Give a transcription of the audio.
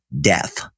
death